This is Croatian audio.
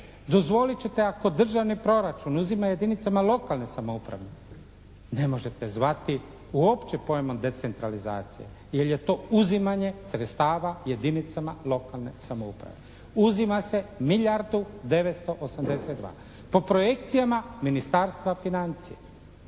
Dozvolit ćete ako državni proračun uzima jedinicama lokalne samouprave, ne možete zvati uopće pojmom decentralizacije jer je to uzimanje sredstava jedinicama lokalne samouprave. Uzima se milijardu 982, po projekcijama Ministarstva financija.